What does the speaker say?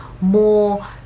more